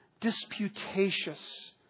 disputatious